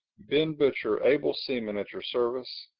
ben butcher, able seaman, at your service.